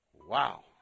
Wow